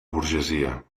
burgesia